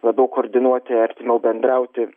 labiau koordinuoti artimiau bendrauti